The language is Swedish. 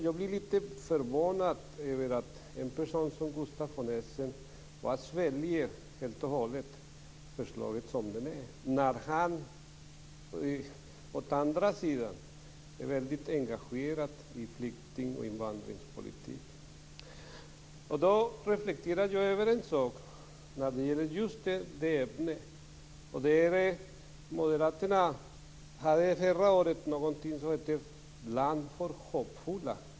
Jag blir riktigt förvånad över att en person som Gustaf von Essen sväljer förslaget som det är. Å andra sidan är han engagerad i flykting och invandringspolitik. Jag har reflekterat över en sak. Moderaterna presenterade förra året Land för hoppfulla.